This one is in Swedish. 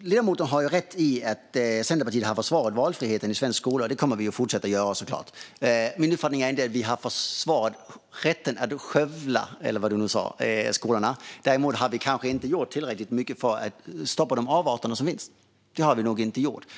Ledamoten har rätt i att Centerpartiet har försvarat valfriheten i svensk skola. Det kommer vi såklart att fortsätta göra. Min uppfattning är inte att vi har försvarat rätten att skövla skolorna, eller vad du nu sa. Däremot har vi kanske inte gjort tillräckligt mycket för att stoppa de avarter som finns. Det har vi nog inte gjort.